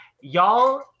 Y'all